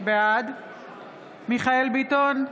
בעד מיכאל מרדכי ביטון,